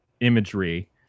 imagery